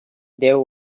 there